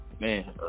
Man